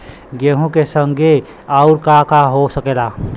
गेहूँ के संगे आऊर का का हो सकेला?